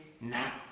now